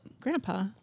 grandpa